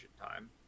time